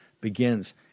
begins